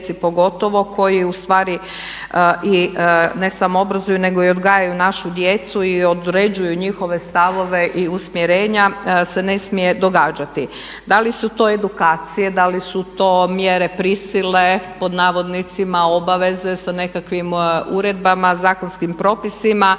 pogotovo, koji ustvari i ne samo obrazuju nego i odgajaju našu djecu i određuju njihove stavove i usmjerenja se ne smije događati. Da li su to edukacije, da li su to mjere prisile, pod navodnicima obaveze sa nekakvim uredbama, zakonskim propisima